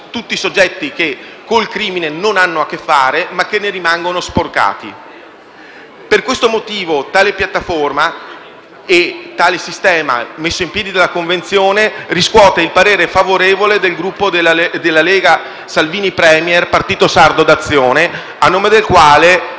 tutti i soggetti che col crimine non hanno a che fare ma che ne rimangono sporcati. Per questo motivo, tale piattaforma e sistema messi in piedi dalla Convenzione riscuotono il parere favorevole del Gruppo della Lega Salvini Premier-Partito sardo d'azione, a nome del quale